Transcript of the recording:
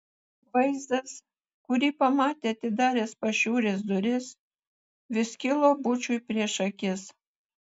vaizdas kurį pamatė atidaręs pašiūrės duris vis kilo bučui prieš akis